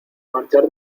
marchar